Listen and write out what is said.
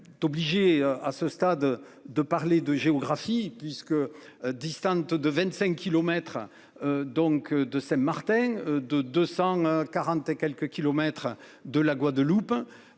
T'obliger à ce stade de parler de géographie puisque distante de 25 kilomètres donc de Saint Martin de 240 à quelques kilomètres de la Guadeloupe